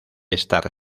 estar